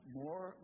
more